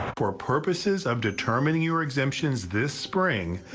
for purposes of determining your exemptions this spring,